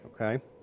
Okay